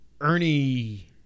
ernie